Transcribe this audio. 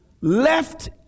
left